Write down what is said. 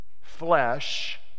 flesh